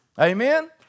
Amen